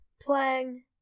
playing